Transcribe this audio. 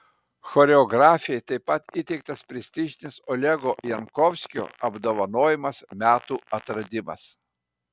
choreografei taip pat įteiktas prestižinis olego jankovskio apdovanojimas metų atradimas